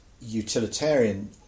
utilitarian